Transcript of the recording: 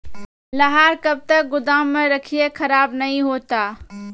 लहार कब तक गुदाम मे रखिए खराब नहीं होता?